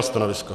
Stanovisko?